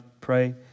pray